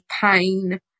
pain